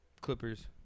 Clippers